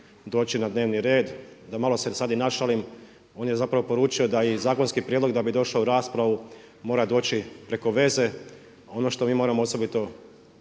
doći na dnevni red. Da malo se sad i našalim on je zapravo poručio da i zakonski prijedlog da bi došao u raspravu mora doći preko veze. Ono što mi moramo osobito